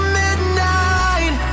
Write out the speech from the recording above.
midnight